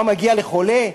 מה מגיע לחולה,